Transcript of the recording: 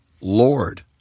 Lord